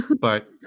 but-